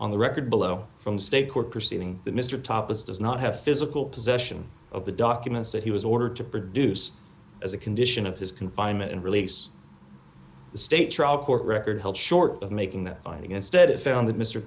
on the record below from state court proceeding that mr topis does not have physical possession of the documents that he was ordered to produce as a condition of his confinement and release the state trial court record held short of making that finding instead it found that mr